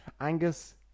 Angus